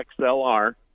XLR